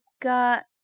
got